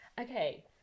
okay